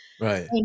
Right